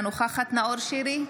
אינה נוכחת נאור שירי,